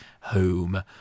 home